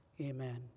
amen